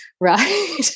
right